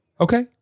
Okay